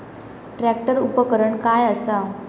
Tractor उपकरण काय असा?